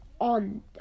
on